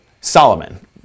Solomon